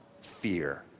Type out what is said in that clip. fear